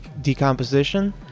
decomposition